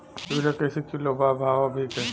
Urea कइसे kilo बा भाव अभी के?